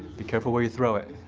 be careful where you throw it